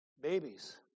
babies